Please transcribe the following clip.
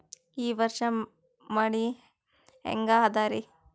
ಈ ವರ್ಷ ಮಳಿ ಹೆಂಗ ಅದಾರಿ?